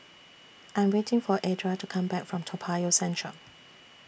I Am waiting For Edra to Come Back from Toa Payoh Central